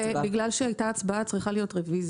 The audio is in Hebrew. מכיוון שהצבעה כבר נערכה, צריכה להיות רוויזיה.